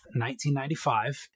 1995